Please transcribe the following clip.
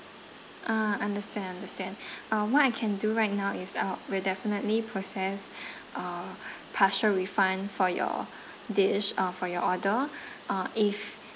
ah understand understand uh what I can do right now is I'll we'll definitely process uh partial refund for your dish uh for your order uh if